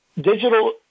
digital